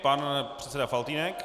Pan předseda Faltýnek.